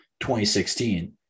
2016